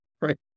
right